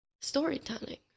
storytelling